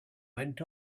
went